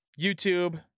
YouTube